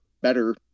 better